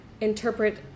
interpret